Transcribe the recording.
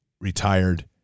retired